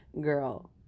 girl